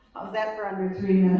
that for under three